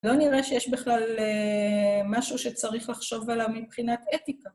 לא נראה שיש בכלל משהו שצריך לחשוב עליו מבחינת אתיקה.